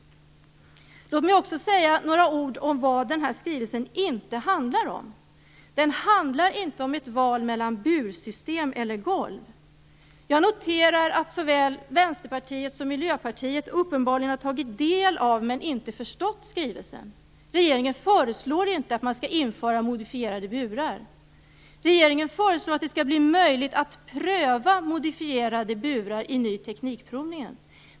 Låt mig också säga några ord om vad den här skrivelsen inte handlar om. Den handlar inte om ett val mellan bursystem och golv. Såväl Vänsterpartiet som Miljöpartiet har uppenbarligen tagit del av skrivelsen men inte förstått den. Regeringen föreslår inte att man skall införa modifierade burar. Regeringen föreslår att det skall bli möjligt att pröva modifierade burar i den nya teknikprovningen.